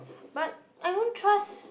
but I don't trust